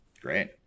Great